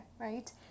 right